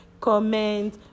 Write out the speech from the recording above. comment